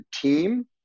team